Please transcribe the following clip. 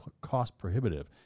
cost-prohibitive